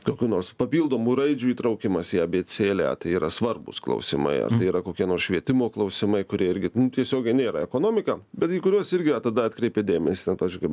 kokių nors papildomų raidžių įtraukimas į abėcėlę tai yra svarbūs klausimai ar tai yra kokie nors švietimo klausimai kurie irgi tiesiogiai nėra ekonomika bet į kuriuos irgi a tada atkreipi dėmesį ten pavyzdžiui kaip